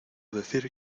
decir